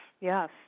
yes